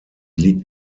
liegt